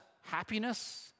happiness